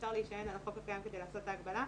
שאפשר להישען על החוק הקיים כדי לעשות את ההגבלה.